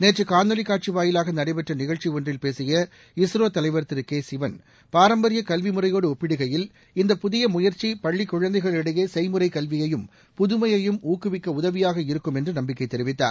நேற்று காணாலி காட்சி வாயிலாக நடைபெற்ற நிகழ்ச்சி ஒன்றில் பேசிய இஸ்ரோ தலைவர் திரு சிவன் பாரம்பரிய கல்வி முறையோடு ஒப்பிடுகையில் இந்தப் புதிய முயற்சி பள்ளிக் கே குழந்தைகளிடையே செய்முறைக் கல்வியையும் புதுமையையும் ஊக்குவிக்க உதவியாக இருக்கும் என்று நம்பிக்கை தெரிவித்தார்